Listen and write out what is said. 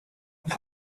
how